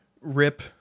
rip